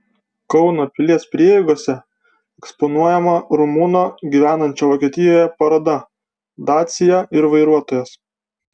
kauno pilies prieigose eksponuojama rumuno gyvenančio vokietijoje paroda dacia ir vairuotojas